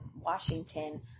Washington